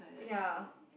ya